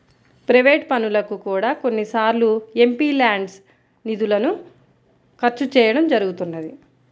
private పనులకు కూడా కొన్నిసార్లు ఎంపీల్యాడ్స్ నిధులను ఖర్చు చేయడం జరుగుతున్నది